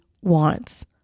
wants